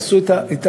עשו את הפעילות,